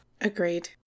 Agreed